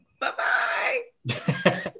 Bye-bye